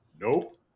nope